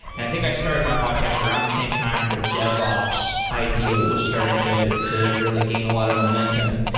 and i think i started my podcast around the same time the devops idea was starting to to really gain a lot of momentum.